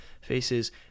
faces